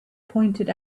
pointed